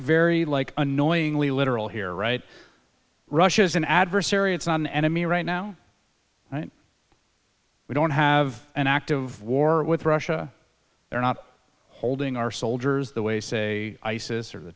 very like annoyingly literal here are right russia is an adversary it's not an enemy right now we don't have an active war with russia they're not holding our soldiers the way say isis or the